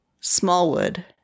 Smallwood